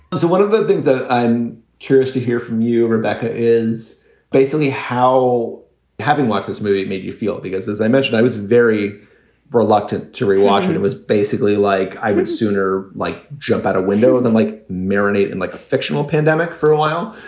one of the things that i'm curious to hear from you, rebecca, is basically how having watched this movie made you feel. because as i mentioned, i was very reluctant to rewatch it. it was basically like i would sooner, like, jump out a window than like marinate in like a fictional pandemic for a while.